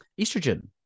estrogen